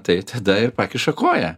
tai tada ir pakiša koją